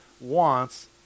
wants